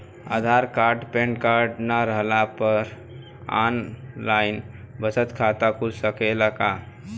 आधार card PAN card न रहला पर आन लाइन बचत खाता खुल सकेला का?